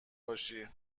باشی